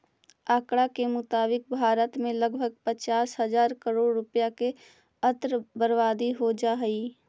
आँकड़ा के मुताबिक भारत में लगभग पचास हजार करोड़ रुपया के अन्न बर्बाद हो जा हइ